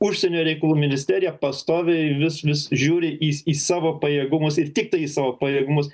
užsienio reikalų ministerija pastoviai vis vis žiūri į į savo pajėgumus ir tiktai į savo pajėgumus